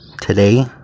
Today